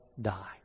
die